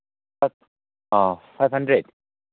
ꯑ five hundred